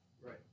right